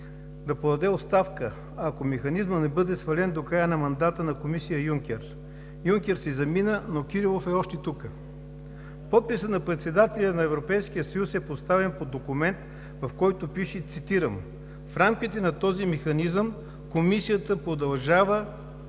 да подаде оставка, ако Механизмът не бъде свален до края на мандата на Комисията Юнкер. Юнкер си замина, но Кирилов е още тук. Подписът на председателя на Европейския съюз е поставен под документ, в който пише, цитирам: „В рамките на този механизъм Комисията продължава